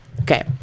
Okay